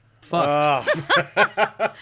fucked